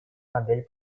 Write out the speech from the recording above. модель